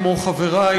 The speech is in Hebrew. כמו חברי,